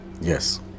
Yes